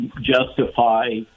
justify